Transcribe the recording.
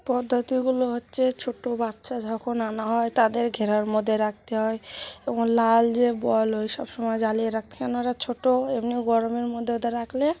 পদ্ধতিগুলো হচ্ছে ছোট বাচ্চা যখন আনা হয় তাদের ঘেরার মধ্যে রাখতে হয় এবং লাল যে বাল্ব ওই সবসময় জ্বালিয়ে রাখতে হয় কারণ ওরা ছোট এমনি গরমের মধ্যে ওদের রাখলে